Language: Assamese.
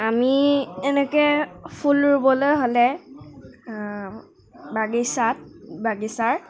আমি এনেকে ফুল ৰুবলৈ হ'লে বাগিচাত বাগিচাৰ